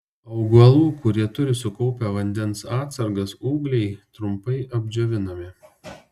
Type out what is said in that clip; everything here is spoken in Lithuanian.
augalų kurie turi sukaupę vandens atsargas ūgliai trumpai apdžiovinami